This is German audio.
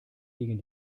liegen